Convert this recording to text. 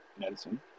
medicine